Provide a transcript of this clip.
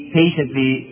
patiently